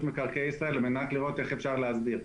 מקרקעי ישראל על מנת לראות איך אפשר להסדיר.